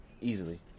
easily